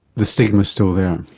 the stigma's still there.